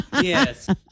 Yes